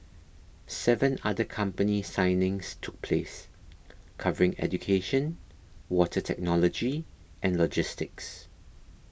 seven other company signings took place covering education water technology and logistics